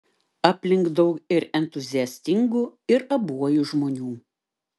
aplink daug ir entuziastingų ir abuojų žmonių